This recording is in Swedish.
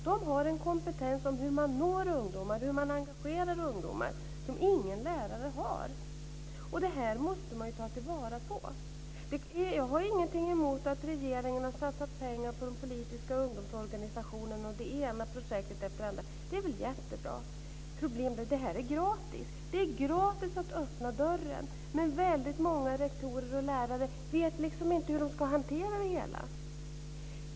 De har en kompetens när det gäller hur man når ungdomar, hur man engagerar ungdomar som ingen lärare har. Det här måste man ta till vara. Jag har ingenting emot att regeringen har satsat pengar på de politiska ungdomsorganisationerna och det ena projektet efter det andra. Det är väl jättebra. Men det här är gratis. Det är gratis att öppna dörren. Men väldigt många rektorer och lärare vet liksom inte hur de ska hantera det hela.